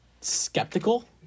skeptical